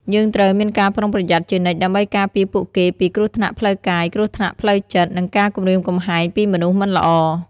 យើងត្រូវមានការប្រុងប្រយ័ត្នជានិច្ចដើម្បីការពារពួកគេពី គ្រោះថ្នាក់ផ្លូវកាយ គ្រោះថ្នាក់ផ្លូវចិត្ត និងការគំរាមកំហែងពីមនុស្សមិនល្អ។